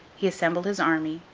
he assembled his army,